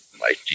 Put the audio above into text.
Mighty